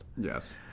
Yes